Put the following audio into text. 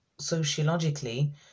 sociologically